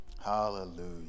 Hallelujah